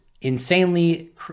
insanely